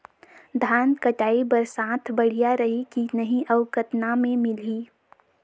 धान कटाई बर साथ बढ़िया रही की नहीं अउ कतना मे मिलही?